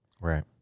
Right